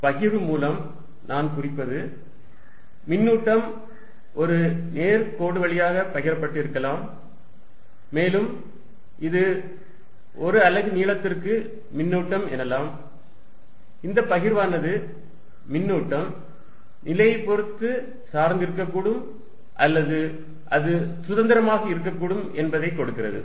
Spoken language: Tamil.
பகிர்வு மூலம் நான் குறிப்பது மின்னூட்டம் ஒரு கோடு வழியாக பகிரப் பட்டிருக்கலாம் மேலும் இது ஒரு அலகு நீளத்திற்கு மின்னூட்டம் எனலாம் இந்த பகிர்வானது மின்னூட்டம் நிலையைப் பொறுத்து சார்ந்து இருக்கக்கூடும் அல்லது அது சுதந்திரமானதாக இருக்கக்கூடும் என்பதை கொடுக்கிறது